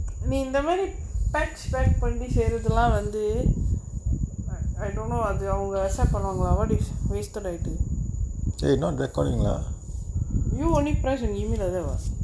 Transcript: நீ இந்த மாரி:nee intha mari patch word பண்ணி செய்றதுல வந்து:panni seirathula vanthu I don't know அது அவங்க:athu avanga accept பண்ணுவாங்களா:pannuvaangalaa what do you wish wasted ஆயிட்டு:aayittu you only pressing email other one